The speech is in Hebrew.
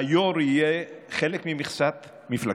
היו"ר יהיה חלק ממכסת מפלגתו.